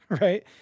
right